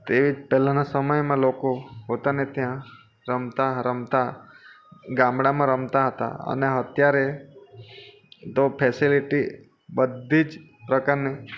તેવી જ પહેલાંના સમયમાં લોકો પોતાને ત્યાં રમતાં રમતાં ગામડામાં રમતા હતા અને અત્યારે તો ફેસિલિટી બધી જ પ્રકારની